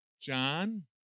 John